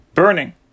Burning